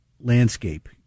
landscape